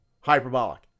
hyperbolic